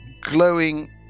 glowing